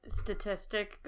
statistic